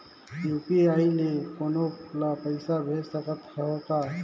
UPI ले कोनो ला पइसा भेज सकत हों का?